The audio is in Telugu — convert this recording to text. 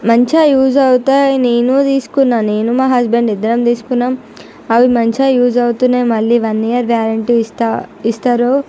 మంచిగా యూస్ అవుతాయి నేను తీసుకున్నా నేను మా హస్బెండ్ ఇద్దరం తీసుకున్నాం అవి మంచిగా యూస్ అవుతున్నాయి మళ్ళీ వన్ ఇయర్ గ్యారెంటీ ఇస్తా ఇస్తున్నారు